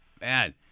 Man